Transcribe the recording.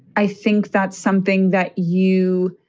i think that's something that you.